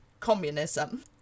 communism